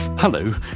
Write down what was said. Hello